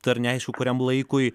dar neaišku kuriam laikui